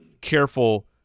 careful